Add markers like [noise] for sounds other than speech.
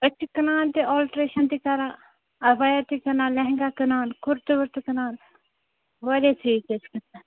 أسۍ چھِ کٕنان تہِ آلٹرٛیشَن تہِ کران اَبَیا تہِ کٕنان لہنٛگا کٕنان کُرتہٕ وُرتہٕ کٕنان واریاہ [unintelligible]